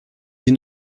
sie